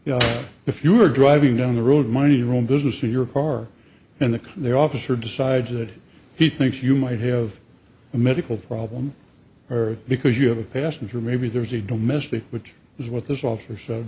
know if you were driving down the road minding your own business in your car and their officer decides that he thinks you might have a medical problem or because you have a passenger maybe there's a domestic which is what this